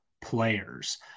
players